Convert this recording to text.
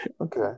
Okay